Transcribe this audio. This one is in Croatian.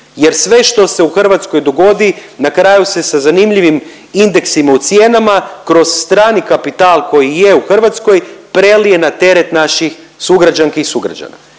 jer sve što se u Hrvatskoj dogodi, na kraju se sa zanimljivim indeksima u cijena kroz strani kapital koji i je u Hrvatskoj prelije na teret naših sugrađanki i sugrađana.